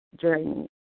journey